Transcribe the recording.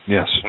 Yes